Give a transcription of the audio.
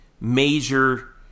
major